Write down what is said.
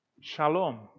shalom